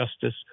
justice